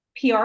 PR